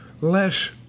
less